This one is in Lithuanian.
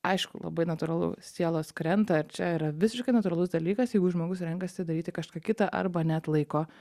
aišku labai natūralu sielos krenta ir čia yra visiškai natūralus dalykas jeigu žmogus renkasi daryti kažką kita arba neatlaiko